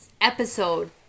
episode